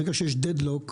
ברגע שיש דד לוק,